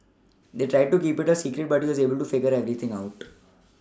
they tried to keep it a secret but he was able to figure everything out